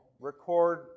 record